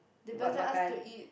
what makan